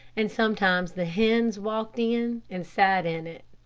and sometimes the hens walked in and sat in it.